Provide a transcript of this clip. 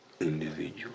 Individual